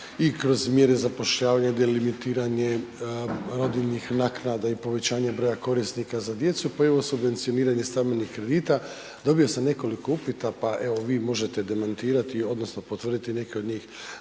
i kroz mjere zapošljavanja delimitiranje rodiljnih naknada i povećanje broja korisnika za djecu, pa ovo subvencioniranje stambenih kredita, dobio sam nekoliko upita, pa evo vi možete demantirati odnosno potvrditi neke od njih.